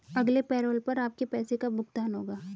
अगले पैरोल पर आपके पैसे का भुगतान होगा